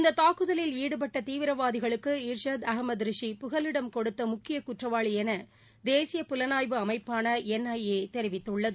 இந்தத் தாக்குதலில் ஈடுபட்ட தீவிரவாதிகளுக்கு இர்ஷாத் அகமது ரிஷி புகலிடம் கொடுத்த முக்கிய குற்றவாளி என தேசிய புலனாய்வு அமைப்பான என் ஐ ஏ தெரிவித்துள்ளது